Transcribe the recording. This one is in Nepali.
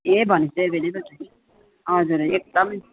ए भने पछि त एभाइलेभल छ नि हजुर एकदम